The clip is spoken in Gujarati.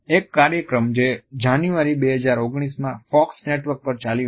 એક કાર્યક્રમ જે જાન્યુઆરી 2009માં ફોક્સ નેટવર્ક પર ચાલ્યો હતો